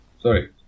Sorry